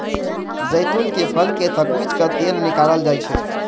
जैतूनक फल कें थकुचि कें तेल निकालल जाइ छै